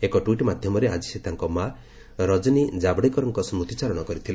ଏକ ଟ୍ୱିଟ୍ ମାଧ୍ୟମରେ ଆଜି ସେ ତାଙ୍କ ମା' ରଜନୀ ଜାବ୍ଡେକରଙ୍କ ସୁତିଚାରଣ କରିଥିଲେ